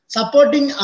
Supporting